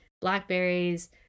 blackberries